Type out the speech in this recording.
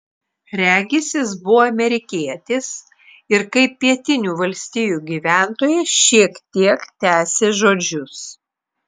regis jis buvo amerikietis ir kaip pietinių valstijų gyventojas šiek tiek tęsė žodžius